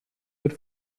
wird